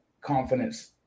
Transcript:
confidence